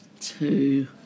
two